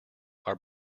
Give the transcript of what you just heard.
are